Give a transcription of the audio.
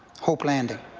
hope landing.